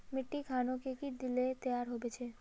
मिट्टी खानोक की दिले तैयार होबे छै?